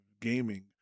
gaming